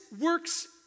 works